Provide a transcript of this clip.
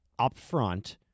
upfront